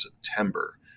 September